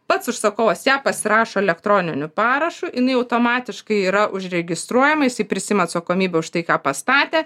pats užsakovas ją pasirašo elektroniniu parašu jinai automatiškai yra užregistruojama jisai prisiima atsakomybę už tai ką pastatė